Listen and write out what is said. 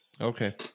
Okay